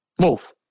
Move